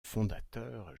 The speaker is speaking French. fondateur